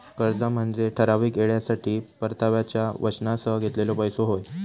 कर्ज म्हनजे ठराविक येळेसाठी परताव्याच्या वचनासह घेतलेलो पैसो होय